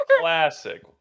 Classic